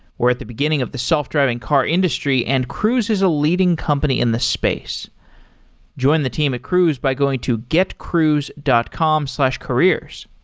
we're at the beginning of the self-driving car industry and cruise is a leading company in the space join the team at cruise by going to getcruise dot com slash careers.